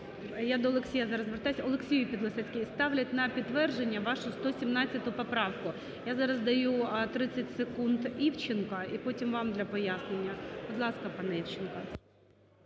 Я до Олексія зараз звертаюсь. Олексію Підлісецький, ставлять на підтвердження вашу 117 поправку. Я зараз даю 30 секунд Івченко і потім вам – для пояснення. Будь ласка, пане Івченко.